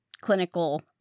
clinical